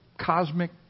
cosmic